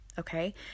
Okay